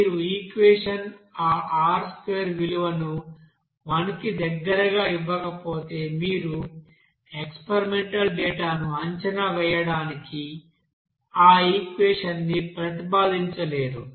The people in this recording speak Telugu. మీ ఈక్వెషన్ ఆ R2 విలువను 1 కి దగ్గరగాఇవ్వకపోతే మీరు ఎక్స్పెరిమెంటల్ డేటా ను అంచనా వేయడానికి ఆ ఈక్వెషన్ ని ప్రతిపాదించలేరు